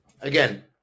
again